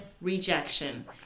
rejection